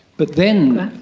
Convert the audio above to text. but then,